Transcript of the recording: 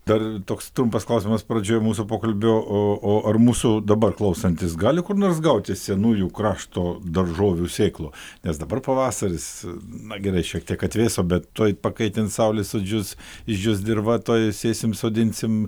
dar toks trumpas klausimas pradžioje mūsų pokalbio o o ar mūsų dabar klausantis gali kur nors gauti senųjų krašto daržovių sėklų nes dabar pavasaris na gerai šiek tiek atvėso bet tuoj pakaitins saulė sudžius išdžius dirva tuoj sėsim sodinsim